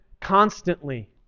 constantly